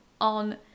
on